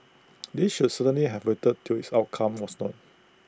these should certainly have waited till its outcome was known